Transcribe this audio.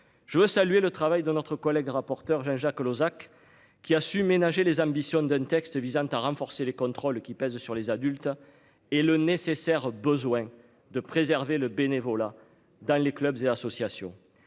Je veux saluer le travail de notre collègue rapporteur Jean-Jacques Lozach, qui a su ménager les ambitions d'un texte visant à renforcer les contrôles qui pèse sur les adultes et le nécessaire besoin de préserver le bénévolat dans les clubs et associations.